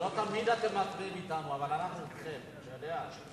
התשס"ט 2009, לוועדת החוקה, חוק ומשפט נתקבלה.